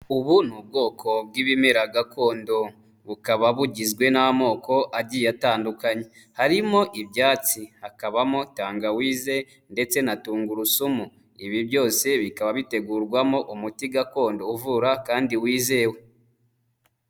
Ubu ni ubwoko bw'ibimera gakondo bukaba bugizwe n'amoko agiye atandukanye, harimo ibyatsi hakabamo tangawize ndetse na tungurusumu, ibi byose bikaba bitegurwamo umuti gakondo uvura kandi wizewe.